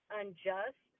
unjust